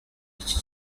iki